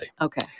Okay